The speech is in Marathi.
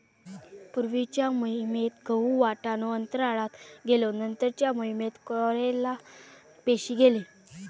पूर्वीच्या मोहिमेत गहु, वाटाणो अंतराळात गेलो नंतरच्या मोहिमेत क्लोरेला पेशी गेले